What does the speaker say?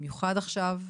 במיוחד עכשיו,